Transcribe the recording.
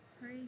pray